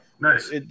Nice